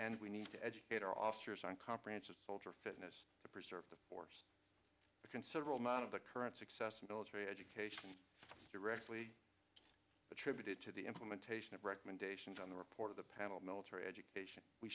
and we need to educate our officers on comprehensive soldier fitness to preserve the force a considerable amount of the current success of military education directly attributed to the implementation of recommendations on the report of the panel military education we